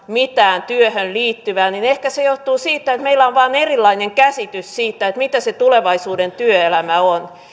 mitään työhön liittyvää niin ehkä se johtuu siitä että meillä on vain erilainen käsitys siitä mitä se tulevaisuuden työelämä on